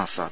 Azad